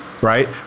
right